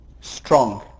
strong